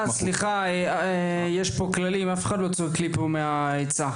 סליחה, אף אחד לא צועק מהצד.